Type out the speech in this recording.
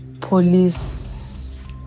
police